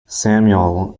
samuel